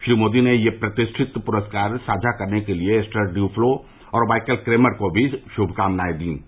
श्री मोदी ने यह प्रतिष्ठित पुरस्कार साझा करने के लिए एस्थर ड्युफ्लो और माइकल क्रेमर को भी शुभकामनाएं दी हैं